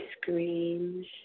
screams